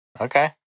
Okay